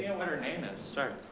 name is sir.